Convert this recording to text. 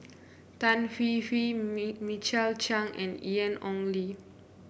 Tan Hwee Hwee Mi Michael Chiang and Ian Ong Li